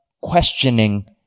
questioning